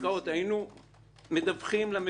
היינו מדווחים לממונה.